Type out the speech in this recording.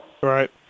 Right